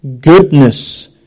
goodness